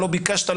לא ביקשת,